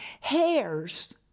hairs